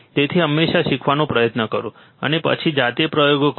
તેથી હંમેશા શીખવાનો પ્રયત્ન કરો અને પછી જાતે પ્રયોગો કરો